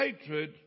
hatred